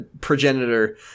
progenitor